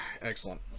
Excellent